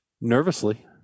Nervously